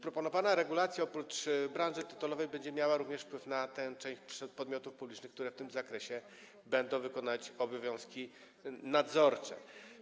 Proponowana regulacja, oprócz tego, że odnosi się do branży tytoniowej, będzie miała również wpływ na tę część podmiotów publicznych, które w tym zakresie będą wykonywać obowiązki nadzorcze.